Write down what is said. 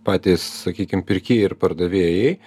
patys sakykim pirkėjai ir pardavėjai